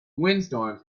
windstorms